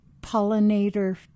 pollinator